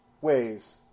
ways